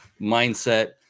mindset